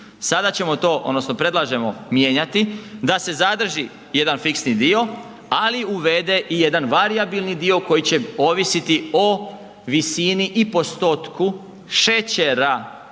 sada ćemo to odnosno predlažemo mijenjati da se zadrži jedan fiksni dio, ali uvede i jedan varijabilni dio koji će ovisiti o visini i postotku šećera